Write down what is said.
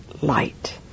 light